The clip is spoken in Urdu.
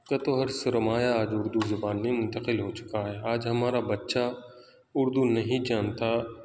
کا تو ہر سرمایہ آج اردو زبان میں منتقل ہو چکا ہے آج ہمارا بچہ اردو نہیں جانتا